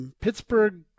Pittsburgh